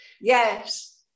Yes